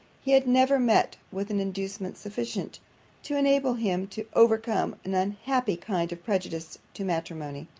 he had never met with an inducement sufficient to enable him to overcome an unhappy kind of prejudice to matrimony